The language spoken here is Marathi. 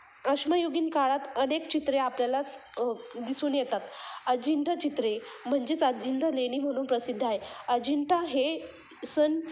अश्मयुगीन काळात अनेक चित्रे आपल्यालास दिसून येतात अजिंंठा चित्रे म्हणजेच अजिंंठा लेणी म्हणून प्रसिद्ध आहे अजिंठा हे सन